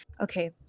okay